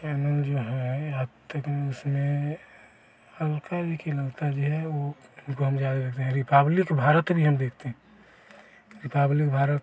channel जो हैं आजतक इसमें वह उनको हम ज़्यादा देखते हैं रिपब्लिक भारत भी हम देखते हैं रिपब्लिक भारत